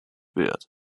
wird